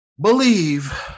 Believe